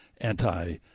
anti